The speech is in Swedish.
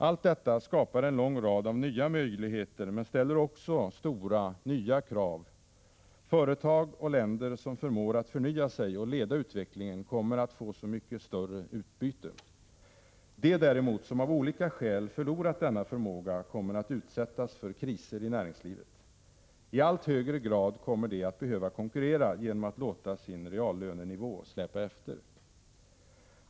Allt detta skapar en lång rad nya möjligheter men ställer också stora, nya krav. Företag och länder som förmår att förnya sig och leda utvecklingen kommer att få så mycket större utbyte. De däremot som av olika skäl förlorat denna förmåga kommer att utsättas för kriser i näringslivet. I allt högre grad kommer de att behöva konkurrera genom att låta sin reallönenivå släpa efter.